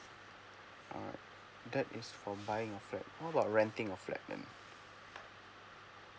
alright that is for buying a flat how about renting of flat then